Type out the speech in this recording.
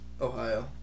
Ohio